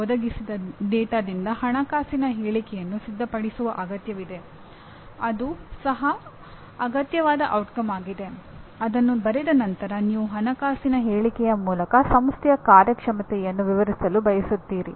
ಒಂದೋ ಸರ್ಕಾರವು ಸಾರ್ವಜನಿಕರ ಅಗತ್ಯವನ್ನು ಪೂರೈಸುತ್ತಿದೆ ಅಥವಾ ಕಂಪನಿಯು ಕೆಲವು ಸೇವೆಗಳು ಮತ್ತು ಉತ್ಪನ್ನಗಳನ್ನು ಗ್ರಾಹಕರಿಗೆ ಲಭ್ಯವಾಗುವಂತೆ ಮಾಡಲು ಪ್ರಯತ್ನಿಸುತ್ತಿದೆ